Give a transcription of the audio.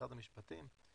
משרד המשפטים,